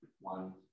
one